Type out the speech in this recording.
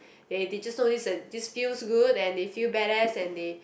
they they just do this and this feels good and they feel badass and they